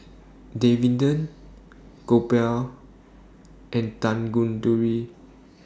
Davinder Gopal and Tanguturi